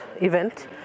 event